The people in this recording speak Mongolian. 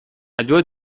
аливаа